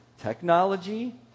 technology